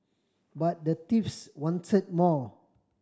but the thieves wanted more